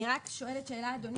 אני רק שואלת שאלה אדוני,